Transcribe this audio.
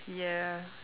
ya